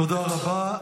תודה רבה.